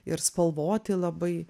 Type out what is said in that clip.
ir spalvoti labai